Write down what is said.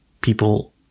people